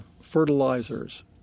fertilizers